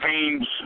teams